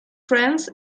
friends